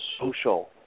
social